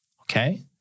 Okay